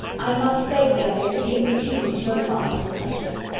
i must beg, therefore, to be importuned no farther on the subject.